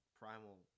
primal